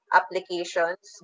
applications